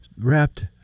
wrapped